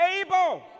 able